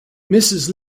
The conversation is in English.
mrs